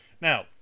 now